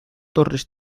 torres